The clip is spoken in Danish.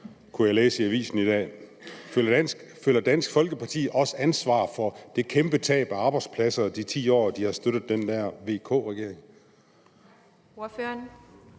kunne jeg læse i avisen i dag. Føler Dansk Folkeparti et ansvar for det kæmpe tab af arbejdspladser i de 10 år, de støttede VK-regeringen?